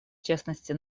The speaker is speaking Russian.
частности